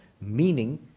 meaning